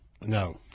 No